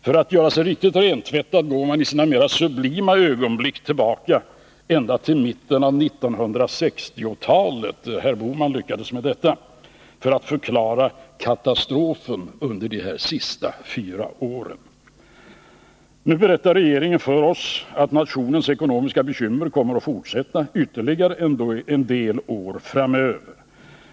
För att göra sig riktigt rentvättad går man i sina mera sublima ögonblick tillbaka ända till mitten av 1960-talet — herr Bohman lyckades med detta — för att förklara katastrofen under de senaste fyra åren. Nu berättar regeringen för oss att nationens ekonomiska bekymmer kommer att fortsätta ytterligare en del år framöver.